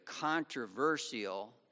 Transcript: controversial